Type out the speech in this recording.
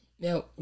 Now